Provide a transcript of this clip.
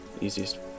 easiest